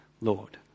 Lord